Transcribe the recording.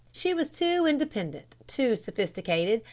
she was too independent, too sophisticated,